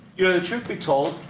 you know, the truth be told,